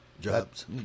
jobs